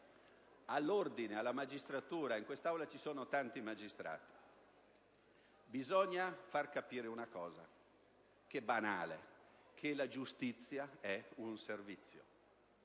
all'ordine della magistratura. In quest'Aula ci sono tanti magistrati. Bisogna far capire una cosa banale: la giustizia è un servizio